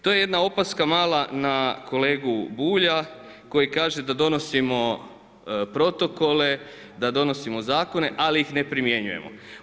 To je jedna opaska mala na kolegu Bulja koji kaže da donosimo protokole, da donosimo zakone ali ih ne primjenjujemo.